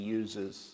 uses